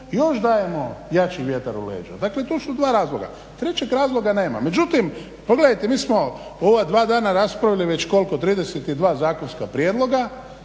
još dajemo još jači vjetar u leđa. Dakle, tu su dva razloga. Trećeg razloga nema. Međutim, pogledajte, mi smo u ova dva dana raspravili već koliko, 32 zakonska prijedloga